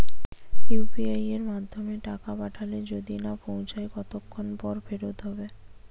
UPI য়ের মাধ্যমে টাকা পাঠালে যদি না পৌছায় কতক্ষন পর ফেরত হবে?